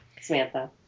Samantha